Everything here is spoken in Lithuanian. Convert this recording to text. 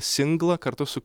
singlą kartu su